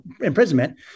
imprisonment